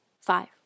Five